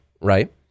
right